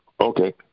Okay